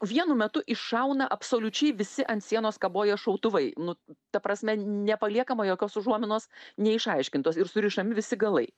vienu metu iššauna absoliučiai visi ant sienos kaboję šautuvai nu ta prasme nepaliekama jokios užuominos neišaiškintos ir surišami visi galai